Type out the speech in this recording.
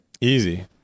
Easy